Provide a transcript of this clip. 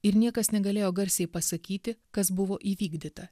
ir niekas negalėjo garsiai pasakyti kas buvo įvykdyta